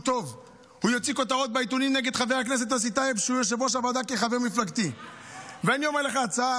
אני רק רוצה להגיד לך: אני לא יודע,